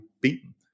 beaten